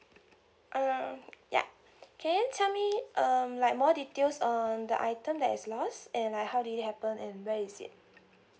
uh ya can you tell me um like more details on the item that is lost and like how did it happen and where is it